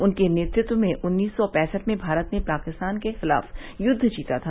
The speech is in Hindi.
उनके नेतृत्व में उन्नीस सौ पैसठ में भारत ने पाकिस्तान के खिलाफ युद्व जीता था